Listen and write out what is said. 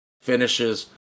finishes